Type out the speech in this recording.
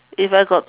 if I got